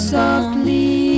softly